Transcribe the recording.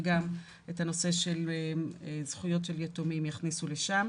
וגם את הנושא של זכויות של יתומים יכניסו לשם.